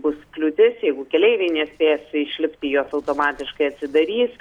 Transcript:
bus kliūtis jeigu keleiviai nesėsi išlipti jos automatiškai atsidarys